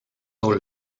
all